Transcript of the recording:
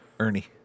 Ernie